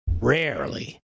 rarely